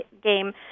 game